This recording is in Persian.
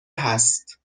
هست